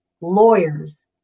lawyers